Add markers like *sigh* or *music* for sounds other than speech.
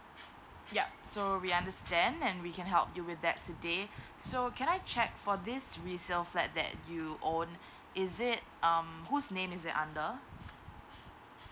yup so we understand and we can help you with that today *breath* so can I check for this resale flat that you own *breath* is it um whose name is it under